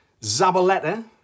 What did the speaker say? Zabaleta